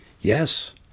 yes